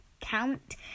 count